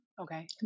okay